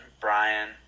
Brian